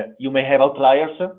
ah you may have outliers,